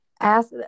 ask